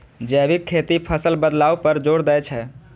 जैविक खेती फसल बदलाव पर जोर दै छै